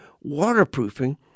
waterproofing